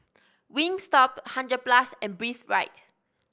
Wingstop Hundred Plus and Breathe Right